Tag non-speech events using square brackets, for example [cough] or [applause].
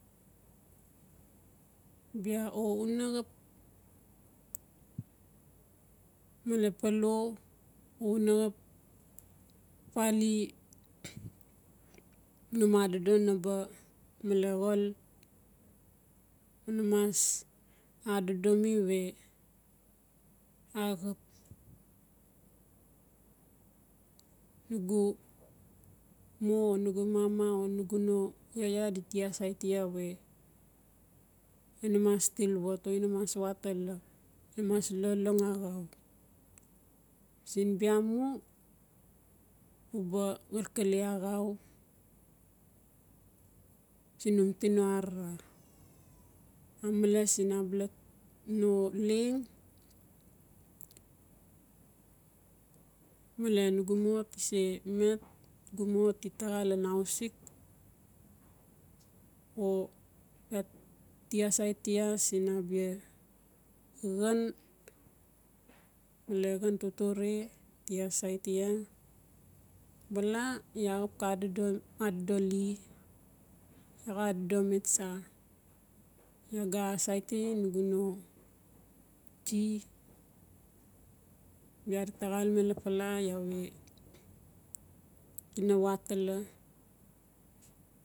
Bia o una xap male palo o una xap [unintelligible] num adodo naba [unintelligible] una mas adodomi we axap nugu mo o nugu mama o nugu no yaya diti asaiti we iaa namas til wat o iaa namas watala iaa namas lolong axau. Siin biamu uba xalkale axau sin num tino arara. Amele sin abala no leng male nugu mo tise met nugu mo ti taxa lan house sick o [hesitation] ti asaiti iaa siin abia xan male xan totore ti asaiti iaa bala iaa xap xa [hesitation] adodoli iaa xa adodomi tsa iaa ga asaiti nugu no itsie bia dita xalame lapala iaa we gina watala.